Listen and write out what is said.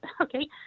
Okay